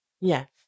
Yes